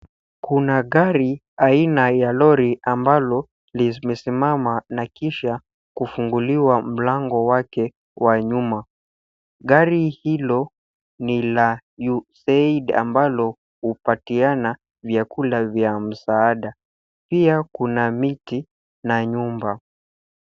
Kuna gari aina ya lori ambalo limesimama na kisha kufunguliwa mlango wake wa nyuma. Gari hilo ni la USAID ambalo hupatiana vyakula vya msaada. Pia kuna miti na nyumba.